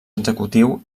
executiu